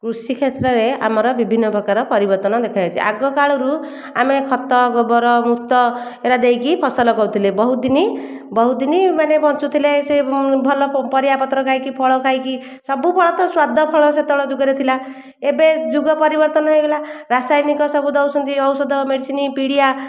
କୃଷି କ୍ଷେତ୍ରରେ ଆମର ବିଭିନ୍ନ ପ୍ରକାର ପରିବର୍ତ୍ତନ ଦେଖାଯାଇଛି ଆଗ କାଳରୁ ଆମେ ଖତ ଗୋବର ମୁତ ଏରା ଦେଇକି ଫସଲ କରୁଥିଲେ ବହୁତ ଦିନ ବହୁତ ଦିନ ମାନେ ବଞ୍ଚୁଥିଲେ ସେ ଭଲ ପରିବାପତ୍ର ଖାଇକି ଫଳ ଖାଇକି ସବୁ ଫଳତ ସ୍ଵାଦ ଫଳ ସେତେବେଳେ ଯୁଗରେ ଥିଲା ଏବେ ଯୁଗ ପରିବର୍ତ୍ତନ ହୋଇଗଲା ରାସାୟନିକ ସବୁ ଦେଉଛନ୍ତି ଔଷଧ ମେଡ଼ିସିନ ପିଡ଼ିଆ